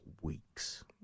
weeks